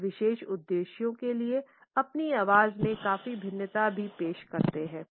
वे विशेष उद्देश्यों के लिए अपनी आवाज़ में काफी भिन्नता भी पेश करते हैं